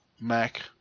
Mac